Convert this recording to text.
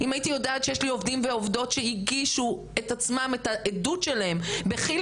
אם הייתי יודעת שיש לי עובדים ועובדות שהגישו את העדות שלהם בחיל